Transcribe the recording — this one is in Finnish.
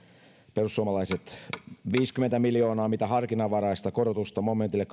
perussuomalaiset toivat esiin että ehdotamme viisikymmentä miljoonaa harkinnanvaraista korotusta momentille